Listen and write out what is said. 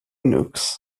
nukes